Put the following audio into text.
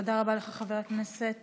תודה רבה לך, חבר הכנסת